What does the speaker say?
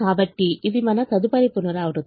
కాబట్టి ఇది మా తదుపరి పునరావృతం